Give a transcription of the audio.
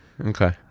Okay